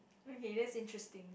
okay that's interesting